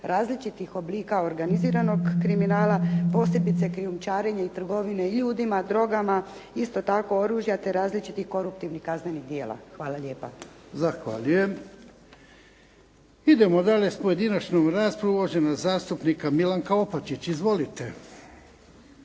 različitih oblika organiziranog kriminala posebice krijumčarenje i trgovine ljudima, drogama. Isto tako oružja te različitih koruptivnih kaznenih djela. **Jarnjak, Ivan (HDZ)** Zahvaljujem. Idemo dalje s pojedinačnom raspravom. Uvažena zastupnica Milanka Opačić. Izvolite.